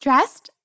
Dressed